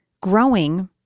growing